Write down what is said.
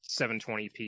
720p